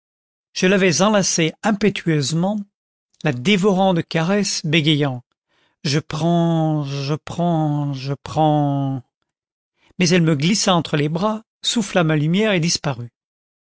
je l'avais enlacée impétueusement la dévorant de caresses bégayant je prends je prends je prends mais elle me glissa entre les bras souffla ma lumière et disparut